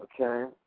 Okay